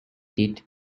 did